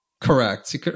Correct